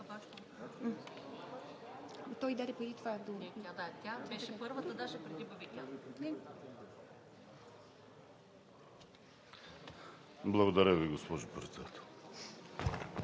Благодаря Ви, госпожо Председател.